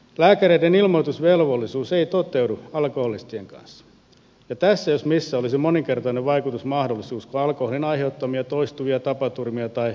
lääkäreiden ilmoitusvelvollisuus ei toteudu alkoholistien kanssa ja tässä jos missä olisi moninkertainen vaikutusmahdollisuus kun alkoholin aiheuttamia toistuvia tapaturmia tai elinkomplikaatioita todetaan